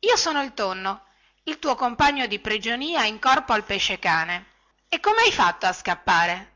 io sono il tonno il tuo compagno di prigionia in corpo al pesce-cane e come hai fatto a scappare